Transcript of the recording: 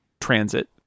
transit